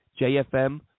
JFM